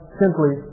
simply